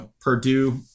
Purdue